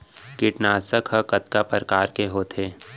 कीटनाशक ह कतका प्रकार के होथे?